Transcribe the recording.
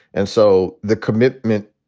and so the commitment,